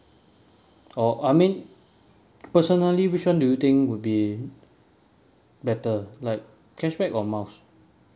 oh I mean personally which one do you think would be better like cashback or miles